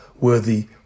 worthy